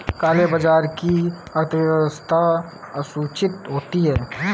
काले बाजार की अर्थव्यवस्था असूचित होती है